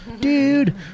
Dude